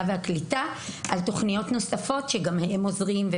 והקליטה לגבי תוכניות נוספות שהם עוזרים לנו בהן,